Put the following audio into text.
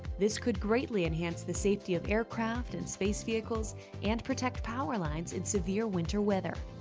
this could greatly enhance the safety of aircraft and space vehicles and protect power lines in severe winter weather.